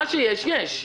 מה שיש יש.